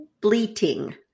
Bleating